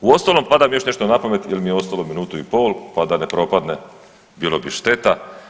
Uostalom pada mi još nešto na pamet jer mi je ostalo minutu i pol, pa da ne propadne, bilo bi šteta.